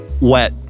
wet